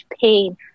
pain